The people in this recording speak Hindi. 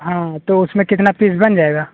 हाँ तो उसमें कितना पीस बन जाएगा